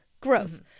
Gross